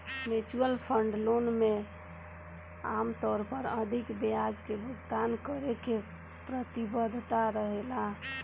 mutual fund loan में आमतौर पर अधिक ब्याज के भुगतान करे के प्रतिबद्धता रहेला